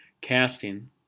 casting